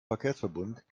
verkehrsverbund